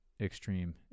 extreme